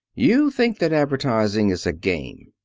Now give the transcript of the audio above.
you think that advertising is a game.